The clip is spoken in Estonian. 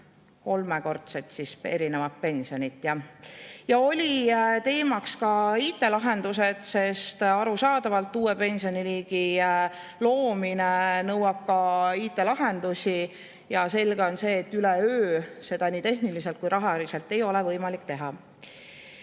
kolmekordset erinevat pensioni, jah. Olid teemaks ka IT‑lahendused, sest arusaadavalt nõuab uue pensioniliigi loomine ka IT‑lahendusi. Selge on see, et üleöö seda ei tehniliselt ega ka rahaliselt ei ole võimalik teha.